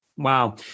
Wow